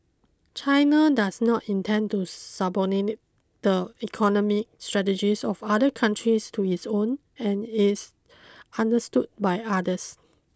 China does not intend to subordinate the economic strategies of other countries to its own and is understood by others